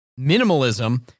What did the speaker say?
minimalism